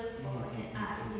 ah okay